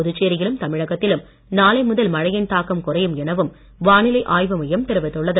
புதுச்சேரியிலும் தமிழகத்திலும் நாளை முதல் மழையின் தாக்கம் குறையும் எனவும் வானிலை ஆய்வு மையம் தெரிவித்துள்ளது